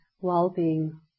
well-being